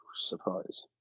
surprise